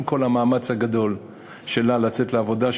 עם כל המאמץ הגדול שלה לצאת לעבודה,